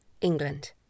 England